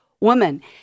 woman